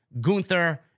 Gunther